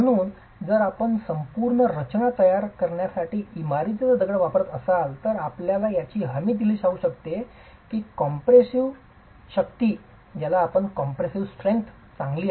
म्हणून जर आपण संपूर्ण रचना तयार करण्यासाठी इमारतीचा दगड वापरत असाल तर आपल्याला याची हमी दिली जाऊ शकते की कॉम्प्रेशन शक्ती चांगली आहे